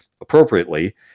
appropriately